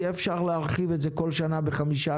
אפשר יהיה להרחיב את זה בכל שנה ב-5%,